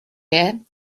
year